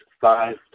five